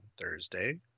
Thursday